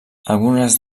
algunes